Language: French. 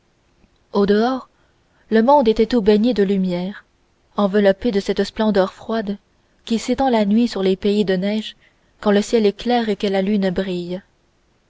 au dehors le monde était tout baigné de lumière enveloppé de cette splendeur froide qui s'étend la nuit sur les pays de neige quand le ciel est clair et que la lune brille